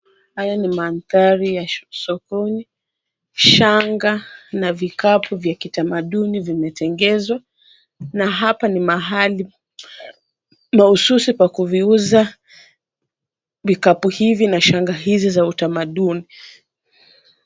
Haya ni mandhari ya sokoni, shanga na vikapu vya kitamaduni vimetengezwa na hapa ni mahali mahususi pa kuviuza vikapu hivi na shanga hizi za utamaduni.